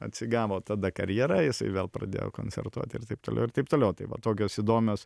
atsigavo tada karjera jisai vėl pradėjo koncertuoti ir taip toliau ir taip toliau tai va tokios įdomios